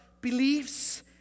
beliefs